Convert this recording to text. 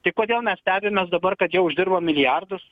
tai kodėl mes stebimės dabar kad jie uždirbo milijardus